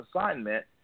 assignment